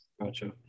Gotcha